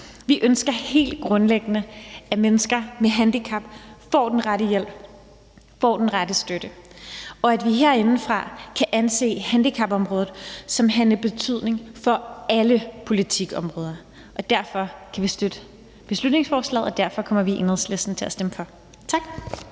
Vi ønsker helt grundlæggende, at mennesker med handicap får den rette hjælp og støtte, og at vi herindefra kan anse handicapområdet som havende betydning for alle politikområder, og derfor kan vi støtte beslutningsforslaget, og derfor kommer vi i Enhedslisten til at stemme for. Tak.